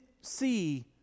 see